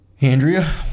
Andrea